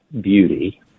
beauty